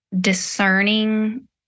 discerning